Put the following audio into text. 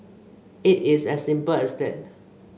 it is as simple as that